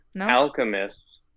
alchemists